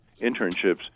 internships